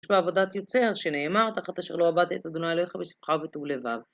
יש בה עבודת יוצאה שנאמרת, אחת אשר לא עבדת, אדוני אלייך ושמחה ותעולביו.